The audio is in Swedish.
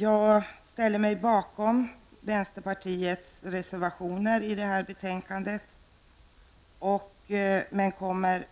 Jag ställer mig bakom de reservationer som vänsterpartiet har fogat till detta betänkande, men